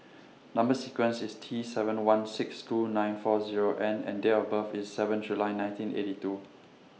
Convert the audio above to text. Number sequence IS T seven one six two nine four Zero N and Date of birth IS seven July nineteen eighty two